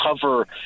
cover